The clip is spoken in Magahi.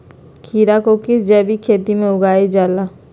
खीरा को किस जैविक खेती में उगाई जाला?